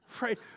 right